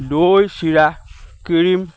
দৈ চিৰা ক্ৰীম